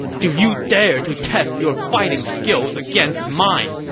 do you dare to test your fighting skills against mine!